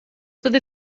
fyddi